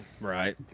Right